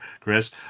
Chris